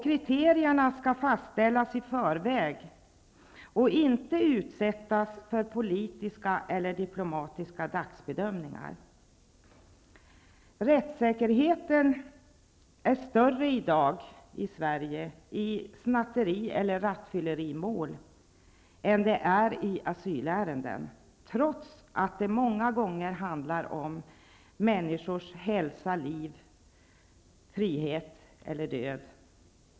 Kriterierna skall fastställas i förväg och inte utsättas för politiska eller diplomatiska dagsbedömningar. Rättssäkerheten är större i dag i Sverige i ett snatteri eller rattfyllerimål än den är i asylärenden, trots att det många gånger handlar om människors hälsa, liv, frihet eller död.